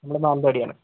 നമ്മൾ മാനന്തവാടി ആണ്